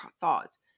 thoughts